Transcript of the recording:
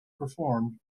performed